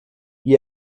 wie